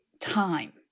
time